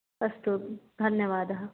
अस्तु धन्यवादः